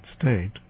state